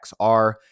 XR